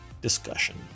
discussion